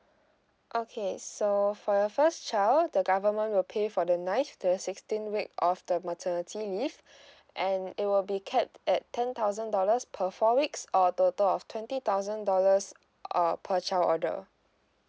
okay so for your first child the government will pay for the ninth to the sixteenth week of the maternity leave and it will be capped at ten thousand dollars per four weeks or a total of twenty thousand dollars uh per child order